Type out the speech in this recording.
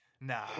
Nah